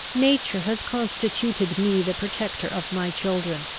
nature has constituted me the protector of my children.